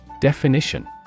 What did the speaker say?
Definition